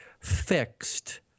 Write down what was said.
fixed